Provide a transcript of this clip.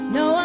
no